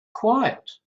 quiet